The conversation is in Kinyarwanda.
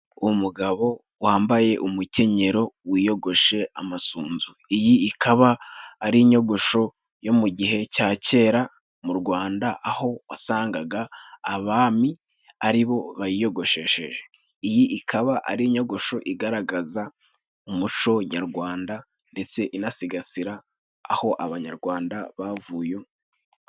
Umugabo wambaye umukenyero wiyogoshe amasunzu, iyi ikaba ari inyogosho yo mu gihe cya kera mu Rwanda, aho wasangaga abami aribo bayiyogoshesheje. Iyi ikaba ari inyogosho igaragaza umuco nyarwanda ndetse inasigasira aho abanyarwanda bavuye.